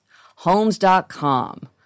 Homes.com